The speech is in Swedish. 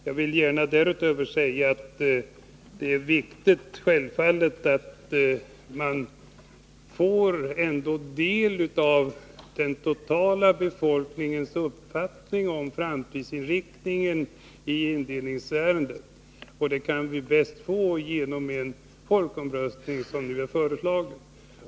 Jag vill gärna därutöver säga att det självfallet ändå är viktigt att man får del av den totala befolkningens uppfattning om framtidsinriktningen i indelningsärendet, och det kan vi bäst få genom en folkomröstning, som nu är föreslagen.